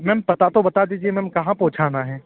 ma'am पता तो बता दीजिए मैम कहाँ पहुँचाना है